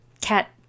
cat